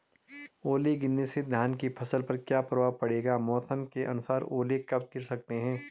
ओले गिरना से धान की फसल पर क्या प्रभाव पड़ेगा मौसम के अनुसार ओले कब गिर सकते हैं?